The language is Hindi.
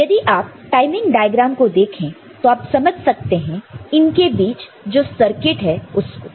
यदि आप टाइमिंग डायग्राम को देखें तो आप समझ सकते हैं कि इनके बीच जो सर्किट है उसको